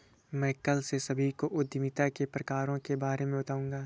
मैं कल से सभी को उद्यमिता के प्रकारों के बारे में बताऊँगा